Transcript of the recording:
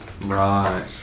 Right